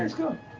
go?